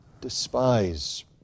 despise